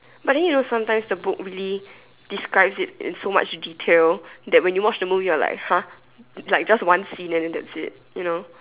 but then you know sometimes the book really describes it in so much detail that when you watch the movie you are like !huh! like just one scene and then that's it you know